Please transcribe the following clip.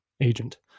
agent